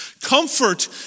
Comfort